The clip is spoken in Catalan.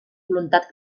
voluntat